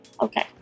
Okay